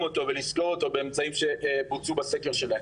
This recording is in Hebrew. אותו ולסקור אותו באמצעים שבוצעו בסקר שלהם.